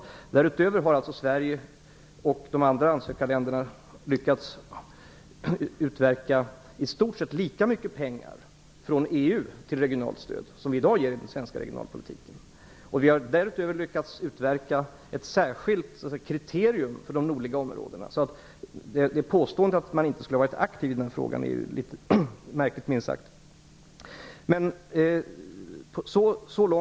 Men därutöver har alltså Sverige och de andra ansökarländerna lyckats utverka i stort sett lika mycket pengar från EU till regionalt stöd som vi i Sverige i dag ger den svenska regionalpolitiken. Vi har därutöver lyckats utverka ett särskilt kriterium för de nordliga områdena. Påståendet att man inte skulle ha varit aktiv i denna fråga är minst sagt litet märkligt.